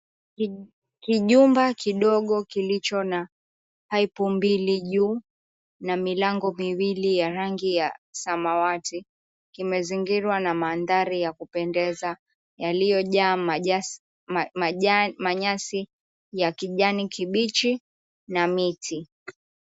Kijumba kidogo kilicho na paipu mbili juu na milango miwili ya rangi ya samawati. Kimezingirwa na mandari ya kupendeza yaliyojaa ma majani manyasi ya kijani kibichi na miti.